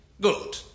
Good